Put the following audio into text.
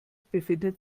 befindet